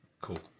Cool